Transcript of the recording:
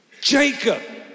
Jacob